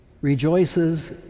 rejoices